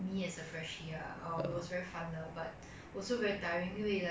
err total four days camp I only sleep like less than eight hours